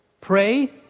Pray